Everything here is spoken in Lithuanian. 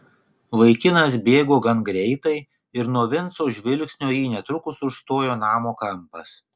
vaikinas bėgo gan greitai ir nuo vinco žvilgsnio jį netrukus užstojo namo kampas